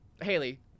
Haley